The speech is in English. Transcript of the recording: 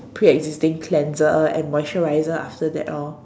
preexisting cleanser and moisturizer after that lor